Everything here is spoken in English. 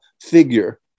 figure